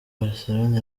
barcelona